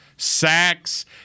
Sacks